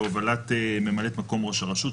בהובלת ממלאת מקום ראש הרשות,